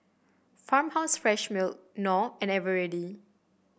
Farmhouse Fresh Milk Knorr and Eveready